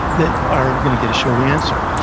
that are going to get a short answer.